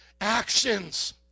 actions